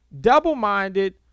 double-minded